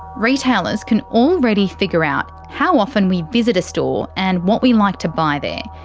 retailers can already figure out how often we visit a store and what we like to buy there.